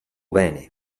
bene